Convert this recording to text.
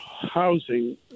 housing